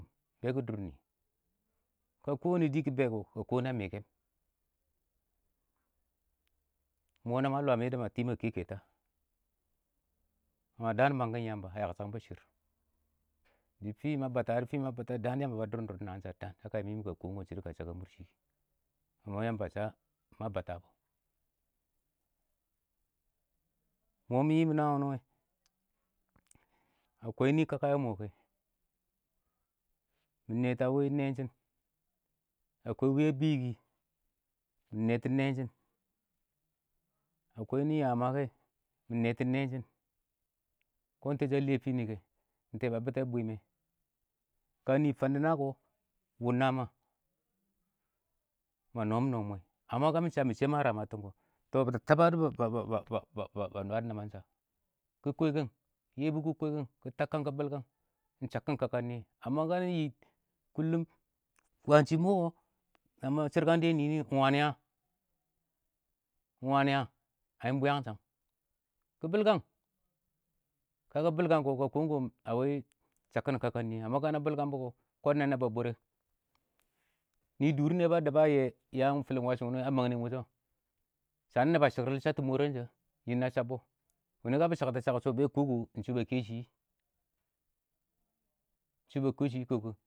﻿Bɛ kɪ dʊr nɪ, ka kɔ wannɛ dɪ kɪ bɛ kɔ, ka kɔ na mɪkɛm. mɔ na ma lwam yadda ma tɪ ma kɛ kɛtɔ a, amma dɪ daan mangkɪn Yamba a yakshan bʊ shɪrr,dɪ fɪ ma bata, dɪ fɪ bata daan Yamba ba dʊrɪm dʊr na ɪng sha dɪ daan, ya ka yɪmɪn shɪdɔ a mʊrshɪ, amma Yamba a sha ma bata bɔ, mɔ mɪ yɪm naan wʊnɪ wɛ akwaɪ nɪ kaka yɛ mɔ, mɪ nɛtɔ a nɛɛn shɪn, akaɪ wɪ a bɪn yɪ kɪ, mɪ nɛ tɔ nɛɛn shɪn, akwaɪ wɪ ɪng yaya ma, mɪ nɛ tɔ a wɪ nɛɛn shɪn, kɔn ɪng tɛshɔ a lɛ fɪndɛ nɛ kɛ, ɪng tɛ wɔ ba bɪtɛ bwɪɪm nɛ, ka nɪ fan dɪ na kɔ, wʊm na ma, ma noom no mwɛɛ, amma ka mɪ shɛ ma ramatɪn kɔ, tɔ ba taba dɔ nwakɪn nɪmansha, Yebu kɪ kwɛkɛn kɪ kwɛkɛn, kɪ tabkang, kɪ bilkang ɪng shakkɪn kaka nɪyɛ, amma kanɪ yɪ kullum ɪng kwaan shɪ mɔ kɔ namɪ shɪrkang dɔ yɛ nɪnɪ kɔ, ɪng wa nɪ a? ɪng wa ni a? Aɪ ɪng bwɪyangshang, kɪ bɪlkang, ka kɪ bɪlkan kɔ ka kom kɔ a wɪ shakkɪn kaka, ka na bɪlkang bʊ kɔ na nab a bʊrɛ, nɪ dʊr nɪyɛ ba dɛb a yɛ yam fɪlɪn wash wɛ a mang nɪ wʊshɔ, shanɪ nɪbɔ shɪnrɪl dɪ shabtɔ sha na shaabbɔ, wʊnɪ ka bɪ shaktɛ shak ɪng shɔ bɛ a kɔ, sha sha shɪn nɪ, ɪng shɪ ba kɛ.